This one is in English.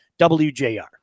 WJR